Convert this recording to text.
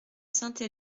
sainte